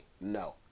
No